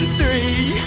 three